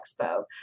expo